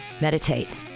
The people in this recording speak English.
meditate